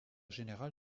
général